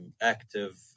active